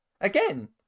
Again